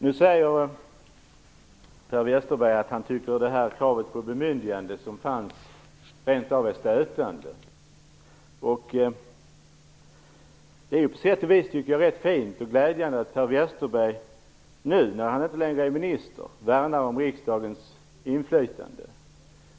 Nu säger Per Westerberg att han tycker att det krav på bemyndigande som fanns rent av var stötande. Det är på sätt och vis rätt fint och glädjande, tycker jag, att Per Westerberg nu, när han inte längre är minister, värnar om riksdagens inflytande.